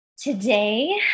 Today